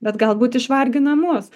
bet galbūt išvargina mus